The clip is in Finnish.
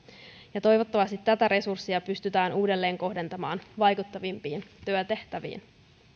ja toivottavasti tätä resurssia pystytään uudelleen kohdentamaan vaikuttavampiin työtehtäviin